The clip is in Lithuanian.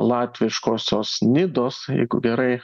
latviškosios nidos jeigu gerai